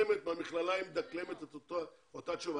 במכללה היא מדקלמת את אותה תשובה.